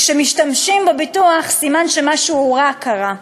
כי כשמשתמשים בביטוח סימן שמשהו רע קרה.